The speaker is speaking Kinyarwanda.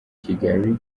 kigali